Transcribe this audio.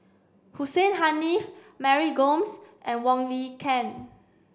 Hussein Haniff Mary Gomes and Wong Lin Ken